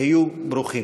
היו ברוכים.